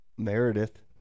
Meredith